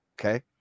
okay